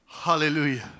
Hallelujah